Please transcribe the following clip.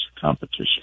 competition